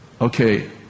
Okay